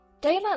Daylight